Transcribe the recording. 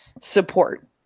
support